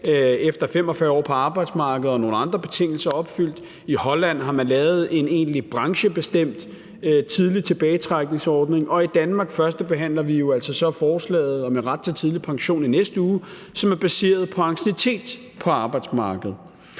efter 45 år på arbejdsmarkedet, og hvis nogle andre betingelser er opfyldt. I Holland har man lavet en egentlig branchebestemt tidlig tilbagetrækningsordning, og i Danmark førstebehandler vi jo altså så i næste uge forslaget om en ret til tidlig pension, som er baseret på anciennitet på arbejdsmarkedet.